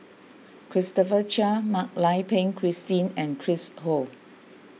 Christopher Chia Mak Lai Peng Christine and Chris Ho